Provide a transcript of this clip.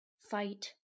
fight